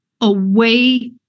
away